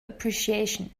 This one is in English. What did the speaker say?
appreciation